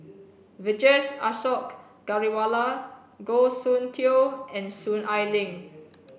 Vijesh Ashok Ghariwala Goh Soon Tioe and Soon Ai Ling